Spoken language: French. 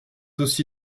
aussi